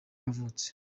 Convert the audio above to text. yavutse